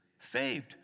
saved